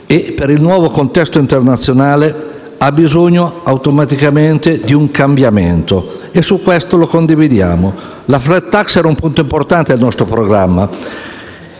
e per il nuovo contesto internazionale ha bisogno automaticamente di un cambiamento. Questo lo condividiamo: la *flat tax* era un punto importante del nostro programma